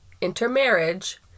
Intermarriage